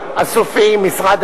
סגור,